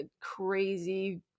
crazy